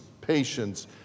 patience